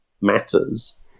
matters